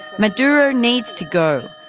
maduro needs to go.